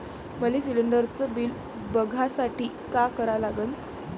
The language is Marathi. मले शिलिंडरचं बिल बघसाठी का करा लागन?